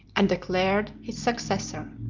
and declared his successor.